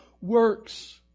works